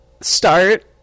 start